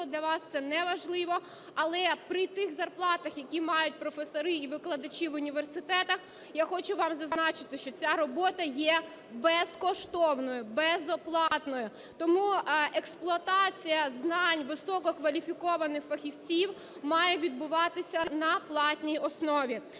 для вас це неважливо, але при тих зарплатах, які мають професори і викладачі в університетах, я хочу вам зазначити, що ця робота є безкоштовною, безоплатною. Тому експлуатація знань висококваліфікованих фахівців має відбуватися на платній основі.